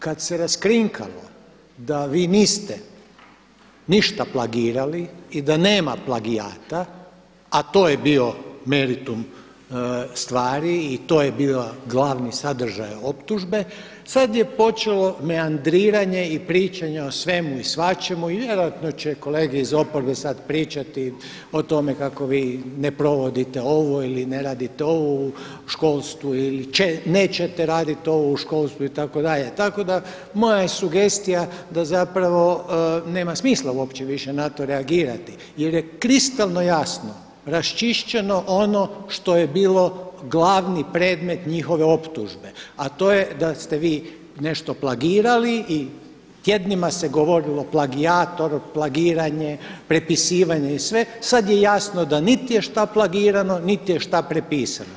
Kad se raskrinkalo da vi niste ništa plagirali i da nema plagijata a to je bio meritum stvari i to je bio glavni sadržaj optužbe sad je počelo meandriranje i pričanje o svemu i svačemu i vjerojatno će kolege iz oporbe sad pričati o tome kako vi ne provodite ovo ili ne radite ovo u školstvu ili nećete raditi ovo u školstvu itd., tako da moja je sugestija da zapravo nema smisla uopće više na to reagirati jer je kristalno jasno raščišćeno ono što je bilo glavni predmet njihove optužbe a to je da ste vi nešto plagirali i tjednima se govorilo plagijator, plagiranje, prepisivanje i sve, sad je jasno da niti je šta plagirano, niti je šta prepisano.